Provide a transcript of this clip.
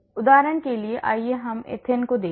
उदाहरण के लिए आइए हम एथेन को देखें